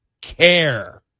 care